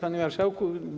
Panie Marszałku!